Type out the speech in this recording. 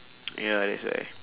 ya that's why